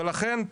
ולכן,